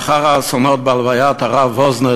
לאחר האסונות בהלוויית הרב וואזנר,